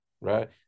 right